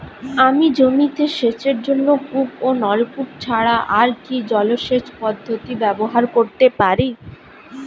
আমি জমিতে সেচের জন্য কূপ ও নলকূপ ছাড়া আর কি জলসেচ পদ্ধতি ব্যবহার করতে পারি?